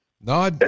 No